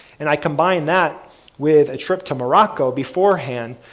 and i combine that with a trip to morocco beforehand.